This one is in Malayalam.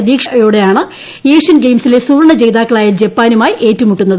പ്രതീക്ഷയോടെയാണ് ഏഷ്യൻ ഗെയിംസിലെ സുവർണ ജേതാക്കളായ ജപ്പാനുമായി ഏറ്റുമുട്ടുന്നത്